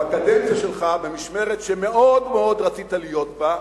בקדנציה שלך, במשמרת שמאוד מאוד רצית להיות בה,